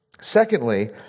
Secondly